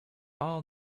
all